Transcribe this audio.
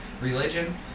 religion